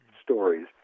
Stories